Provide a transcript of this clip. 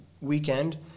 weekend